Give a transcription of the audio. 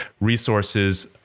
resources